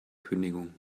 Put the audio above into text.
kündigung